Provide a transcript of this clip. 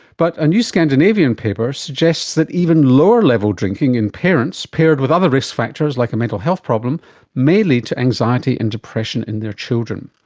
but a new scandinavian paper suggests that even lower level drinking in parents paired with other risk factors like a mental health problem may lead to anxiety and depression in their children.